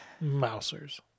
Mousers